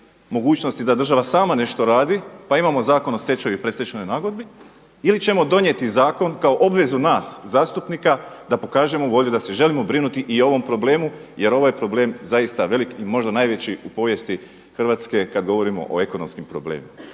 mogućnosti da država sama nešto radi pa imamo Zakon o stečaju i predstečajnoj nagodbi ili ćemo donijeti zakon kao obvezu nas zastupnika da pokažemo volju da se želimo brinuti i o ovom problemu jer ovaj problem je zaista velik i možda najveći u povijesti Hrvatske kad govorimo o ekonomskim problemima.